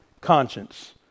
conscience